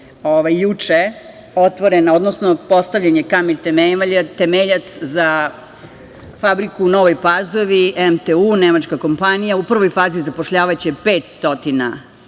juče otvorena, odnosno postavljen je kamen temeljac za fabriku u Novoj Pazovi MTU, nemačka kompanija. U prvoj fazi zapošljavaće 500